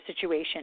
situation